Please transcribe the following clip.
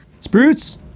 Spruce